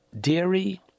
dairy